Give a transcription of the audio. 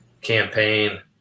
campaign